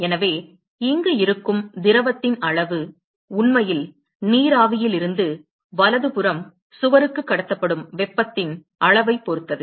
எனவே இங்கு இருக்கும் திரவத்தின் அளவு உண்மையில் நீராவியிலிருந்து வலதுபுறம் சுவருக்குக் கடத்தப்படும் வெப்பத்தின் அளவைப் பொறுத்தது